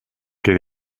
quel